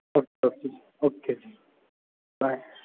okay okay bye